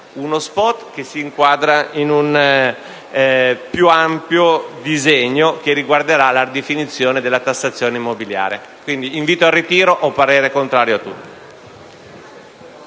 uno *spot* che si inquadra in un più ampio disegno che riguarderà la definizione della tassazione immobiliare. Quindi, invito i presentatori al ritiro di tutti